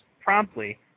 promptly